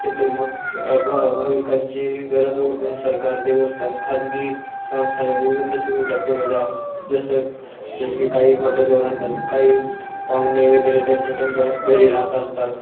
तेथे भक्त भ भाविकांची गरज ओळखून सरकार देवस्थान खाजगी संस्थाने विविध सुविधा पुरवल्या आहेत जसं जसे की काही हॉटेलवर राहतात काही पाहुणे वगैरे त्यांच्या त्यांच्या घरी राहत असतात